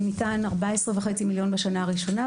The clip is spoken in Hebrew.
ניתן 14.5 מיליון בשנה הראשונה,